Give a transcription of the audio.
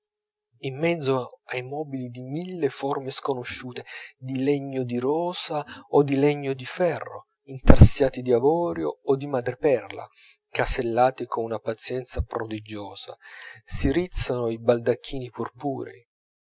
in mezzo ai mobili di mille forme sconosciute di legno di rosa o di legno di ferro intarsiati di avorio o di madreperla cesellati con una pazienza prodigiosa si rizzano i baldacchini purpurei